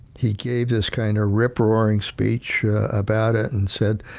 he gave this kind of rip roaring speech about it and said,